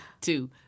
two